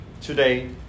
today